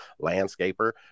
landscaper